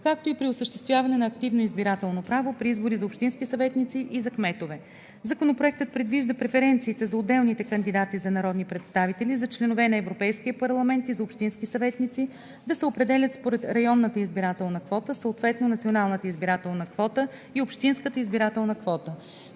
както и при осъществяване на активното избирателно право при избори за общински съветници и за кметове. Законопроектът предвижда преференциите за отделните кандидати за народни представители, за членове на Европейския парламент и за общински съветници да се определят според районната избирателна квота, съответно националната избирателна квота и общинската избирателна квота.